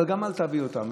אבל גם אל תעביד אותם.